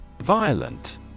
Violent